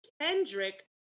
Kendrick